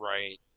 Right